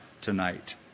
tonight